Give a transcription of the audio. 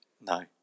No